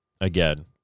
Again